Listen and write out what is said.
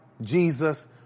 Jesus